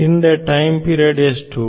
Hindi time period ಎಷ್ಟು